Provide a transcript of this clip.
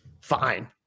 fine